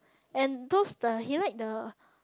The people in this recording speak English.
and those the he like the